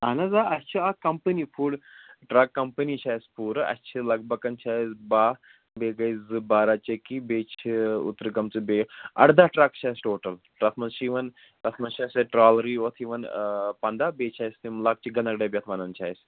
اَہَن حظ آ اَسہِ چھِ اَکھ کَمپٔنی فُڈ ٹرٛک کَمپٔنی چھِ اَسہِ پوٗرٕ اَسہِ چھِ لگ بگ چھِ اَسہِ باہ بیٚیہِ گٔیہِ زٕ بارہ چٔکی بیٚیہِ چھِ اوترٕ گٲمژٕ بیٚیہِ اَرداہ ٹرٛکہٕ چھِ اَسہِ ٹوٹَل تَتھ منٛز چھِ یِوان تَتھ منٛز چھِ اَسہِ ٹرٛالرٕے یوٚت یِوان پنٛداہ بیٚیہِ چھِ اَسہِ تِم لۅکچہِ گَنٛدک ڈبہِ یَتھ وَنان چھِ اَسہِ